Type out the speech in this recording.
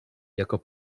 jako